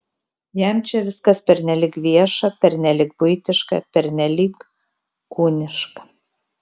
jam čia viskas pernelyg vieša pernelyg buitiška pernelyg kūniška